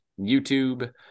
youtube